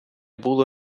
було